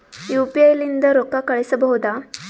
UPI ಲಿಂದ ರೊಕ್ಕ ಕಳಿಸಬಹುದಾ?